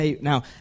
Now